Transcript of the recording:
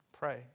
Pray